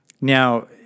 Now